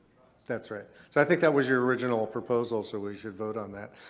that's right. so i think that was your original proposal so we should vote on that.